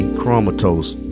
chromatose